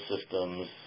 systems